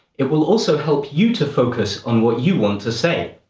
it will also help you to focus on what you want to say.